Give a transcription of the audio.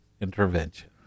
intervention